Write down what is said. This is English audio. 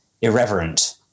irreverent